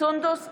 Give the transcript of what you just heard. סונדוס סאלח,